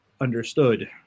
understood